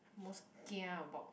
most kia about